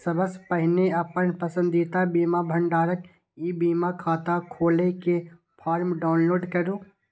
सबसं पहिने अपन पसंदीदा बीमा भंडारक ई बीमा खाता खोलै के फॉर्म डाउनलोड करू